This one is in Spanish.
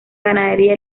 ganadería